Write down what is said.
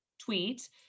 Tweet